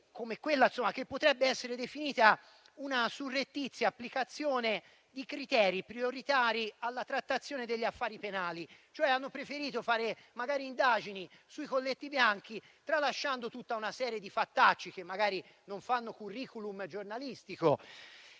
con quella che potrebbe essere definita una surrettizia applicazione dei criteri prioritari nella trattazione degli affari penali, preferendo fare indagini sui colletti bianchi, tralasciando tutta una serie di fattacci che magari non fanno *curriculum* giornalistico